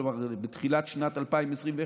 כלומר בתחילת שנת 2021,